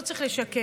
לא צריך לשקר.